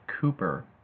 Cooper